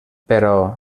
però